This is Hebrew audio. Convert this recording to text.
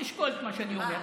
תשקול את מה שאני אומר.